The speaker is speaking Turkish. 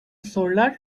sorular